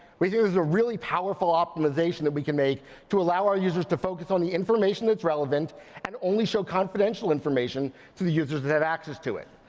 we think this is a really powerful optimization that we can make to allow our users to focus on the information that's relevant and only show confidential information to the users that have access to it.